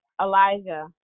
Elijah